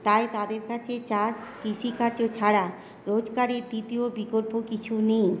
তাই তাদের কাছে চাষ কৃষিকার্য ছাড়া রোজগারের দ্বিতীয় বিকল্প কিছু নেই